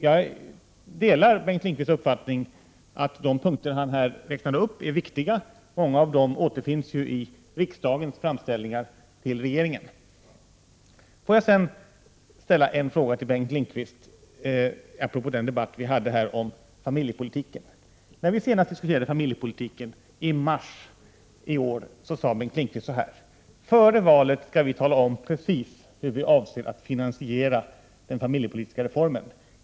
Jag delar Bengt Lindqvists uppfattning att de punkter som han räknade upp är viktiga. Många av dem återfinns ju i riksdagens framställningar till regeringen. Jag vill sedan ställa en fråga till Bengt Lindqvist apropå den debatt som vi senast förde om familjepolitiken i mars i år. Bengt Lindqvist sade då: Före valet skall vi tala om precis hur vi avser att finansiera den familjepolitiska reformen.